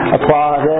Applause